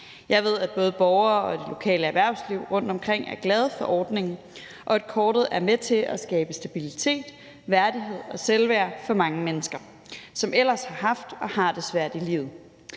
Jeg ved, at både borgere og det lokale erhvervsliv rundtomkring er glade for ordningen, og at kortet er med til at skabe stabilitet, værdighed og selvværd for mange mennesker, som ellers har haft og har det svært i livet.